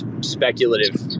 speculative